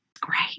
great